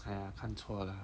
!aiya! 看错了